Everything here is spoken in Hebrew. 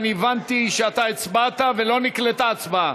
אני הבנתי שאתה הצבעת ולא נקלטה ההצבעה.